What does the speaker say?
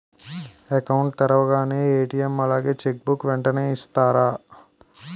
Account తెరవగానే ATM అలాగే cheque book వెంటనే ఇస్తారా?